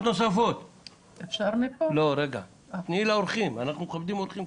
"(6ב)מפעיל אווירי שלא העביר לנציג משרד הבריאות,